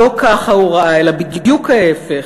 לא ככה הוא ראה אלא בדיוק ההפך,